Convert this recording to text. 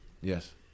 yes